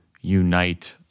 unite